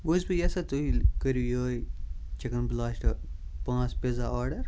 وۄنۍ چھُس بہٕ وژھان تُہۍ کٔرِو یُہے چِکَن بلاسٹ پانٛژھ پِزا آرڈَر